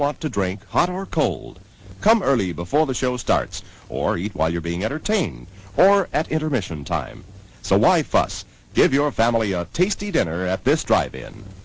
want to drink hot or cold come early before the show starts or eat while you're being entertained or at intermission time so why fuss give your family a tasty dinner at this drive in